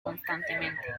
constantemente